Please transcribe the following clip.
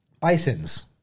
bisons